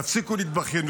תפסיקו להתבכיין,